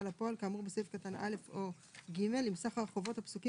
לפועל כאמור בסעיף קטן (א) או (ג) אם סך החובות הפסוקים